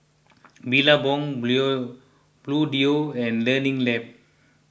Billabong Bluedio and Learning Lab